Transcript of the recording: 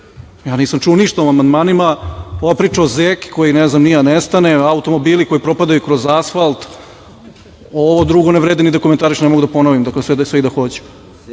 Nisam čuo ništa o amandmanima. Ova priča o zeki koji ne znam ni ja nestane, automobili koji propadaju kroz asfalt, ovo drugo ne vredi ni da komentarišem. Ne mogu da ponovim sve i da